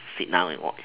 sit down and watch